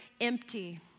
empty